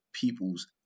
people's